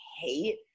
hate